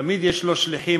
תמיד יש לו שליחים.